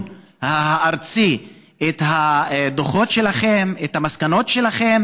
הארצי את הדוחות שלכם ואת המסקנות שלכם